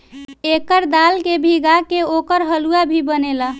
एकर दाल के भीगा के ओकर हलुआ भी बनेला